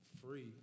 free